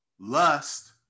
Lust